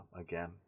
again